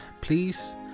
please